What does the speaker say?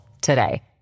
today